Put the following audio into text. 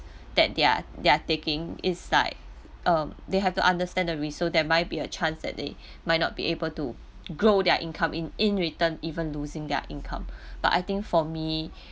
that they are they are taking is like um they have to understand the risk so they might be a chance that they might not be able to grow their income in in return even losing their income but I think for me